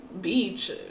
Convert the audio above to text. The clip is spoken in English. beach